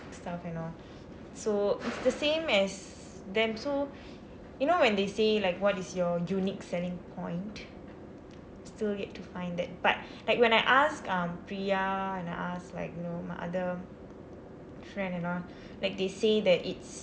stuff and all so it's the same as them so you know when they say like what is your unique selling point still yet to find that but like when I ask um priya and I ask like you know my other friend and all like they say that it's